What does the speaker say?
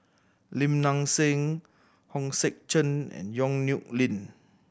Lim Nang Seng Hong Sek Chern and Yong Nyuk Lin